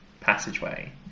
passageway